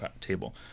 table